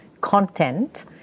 content